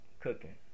Cooking